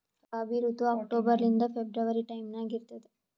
ರಾಬಿ ಋತು ಅಕ್ಟೋಬರ್ ಲಿಂದ February time ನಾಗ ಇರ್ತದ